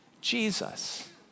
Jesus